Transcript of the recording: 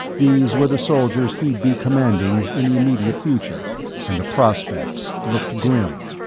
these were the soldiers he'd be commanding in the immediate future and the prospects looked grim.